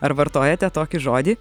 ar vartojate tokį žodį